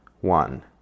one